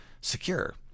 secure